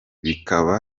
bikaba